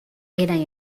eran